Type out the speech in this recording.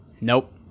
Nope